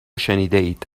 شنیدهاید